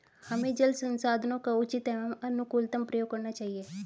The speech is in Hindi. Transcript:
हमें जल संसाधनों का उचित एवं अनुकूलतम प्रयोग करना चाहिए